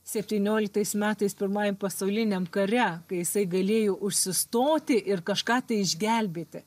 septynioliktais metais pirmajam pasauliniam kare kai jisai galėjo užsistoti ir kažką tai išgelbėti